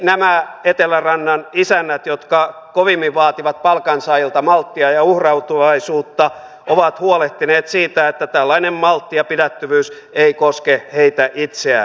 nämä etelärannan isännät jotka kovimmin vaativat palkansaajilta malttia ja uhrautuvaisuutta ovat huolehtineet siitä että tällainen maltti ja pidättyvyys ei koske heitä itseään